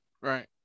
Right